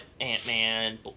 Ant-Man